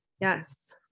Yes